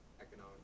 economic